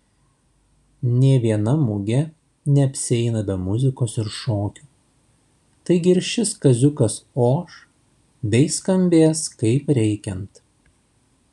nė viena mugė neapsieina be muzikos ir šokių taigi ir šis kaziukas oš bei skambės kaip reikiant